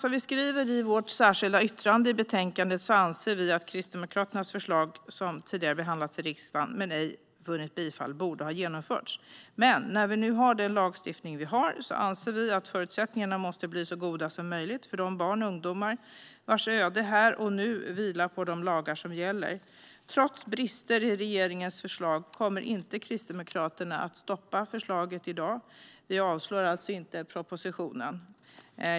Som vi skriver i vårt särskilda yttrande i betänkandet anser vi att Kristdemokraternas förslag, som tidigare behandlats i riksdagen men ej vunnit bifall, borde ha genomförts. Men när vi nu har den lagstiftning vi har anser vi att förutsättningarna måste bli så goda som möjligt för de barn och ungdomar vars öde här och nu vilar på de lagar som gäller. Trots brister i regeringens förslag kommer inte Kristdemokraterna att stoppa förslaget i dag. Vi avslår alltså inte propositionen.